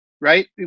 right